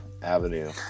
Avenue